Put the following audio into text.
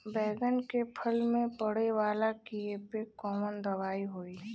बैगन के फल में पड़े वाला कियेपे कवन दवाई होई?